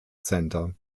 center